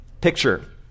picture